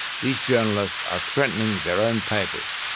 these journalists are threatening their own papers.